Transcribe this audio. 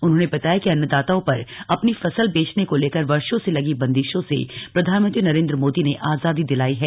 उन्होंने बताया कि अन्नदाताओ पर अपनी फसल बेचने को लेकर वर्षो से लगी बंदिशों से प्रधानमंत्री नरेन्द्र मोदी ने आजादी दिलायी है